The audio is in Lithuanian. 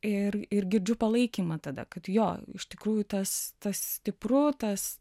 ir ir girdžiu palaikymą tada kad jo iš tikrųjų tas tas stipru tas